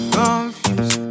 confused